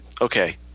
okay